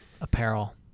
apparel